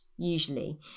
usually